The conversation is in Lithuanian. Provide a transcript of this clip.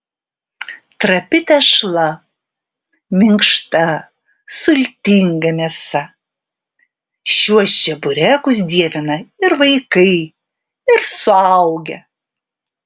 trapi tešla minkšta sultinga mėsa šiuos čeburekus dievina ir vaikai ir suaugę